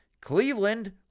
Cleveland